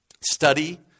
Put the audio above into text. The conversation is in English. study